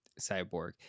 Cyborg